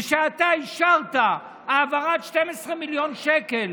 ושאתה אישרת העברת 12 מיליון שקל